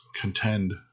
contend